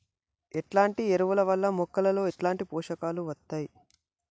ఎట్లాంటి ఎరువుల వల్ల మొక్కలలో ఎట్లాంటి పోషకాలు వత్తయ్?